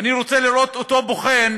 ואני רוצה לראות את אותו בוחן